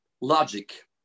logic